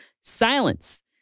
Silence